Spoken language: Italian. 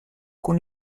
con